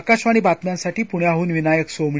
आकाशवाणीबातम्यांसाठी पृण्याहन विनायकसोमणी